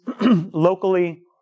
locally